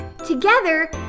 Together